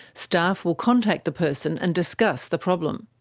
staff will contact the person and discuss the problem.